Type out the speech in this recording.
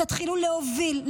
תתחילו להוביל,